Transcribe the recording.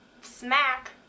smack